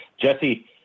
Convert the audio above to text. Jesse